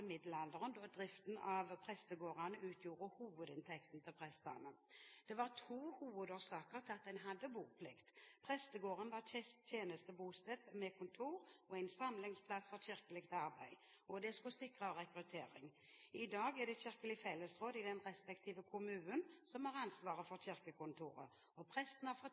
middelalderen, da driften av prestegårdene utgjorde hovedinntekten til prestene. Det var to hovedårsaker til at en hadde boplikt: Prestegården var tjenestebosted med kontor og en samlingsplass for kirkelig arbeid. Det skulle sikre rekruttering. I dag er det kirkelig fellesråd i den respektive kommune som har ansvaret for kirkekontoret. Presten har også fått tilnærmet lik arbeidstid og